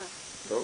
טוב.